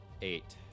Eight